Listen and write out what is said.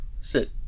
Sit